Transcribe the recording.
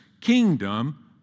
kingdom